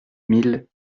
mille